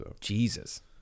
Jesus